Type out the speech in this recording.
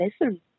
listen